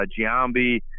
Giambi